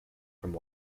from